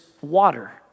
water